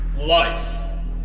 Life